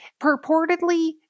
purportedly